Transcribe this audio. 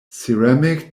ceramic